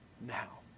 now